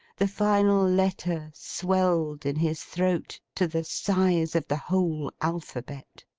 the final letter swelled in his throat, to the size of the whole alphabet.